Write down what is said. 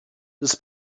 this